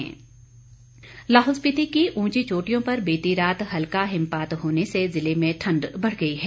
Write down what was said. मौसम लाहौल स्पीति की ऊंची चोटियों पर बीती रात हल्का हिमपात होने से जिले में ठंड बढ़ गई है